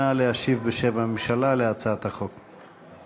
נא להשיב בשם הממשלה על הצעת החוק.